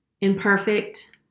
Imperfect